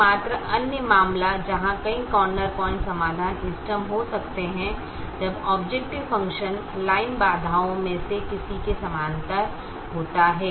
एकमात्र अन्य मामला जहां कई कॉर्नर पॉइंट समाधान इष्टतम हो सकते हैं जब ऑबजेकटिव फ़ंक्शन लाइन बाधाओं में से किसी के समानांतर होता है